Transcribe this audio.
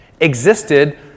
existed